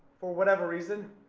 for whatever reason,